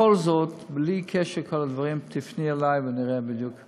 בכל זאת, בלי קשר לכל הדברים, תפני אלי ונראה אם